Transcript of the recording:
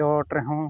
ᱪᱚᱴ ᱨᱮᱦᱚᱸ